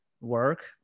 work